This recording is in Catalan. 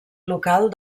local